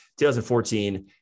2014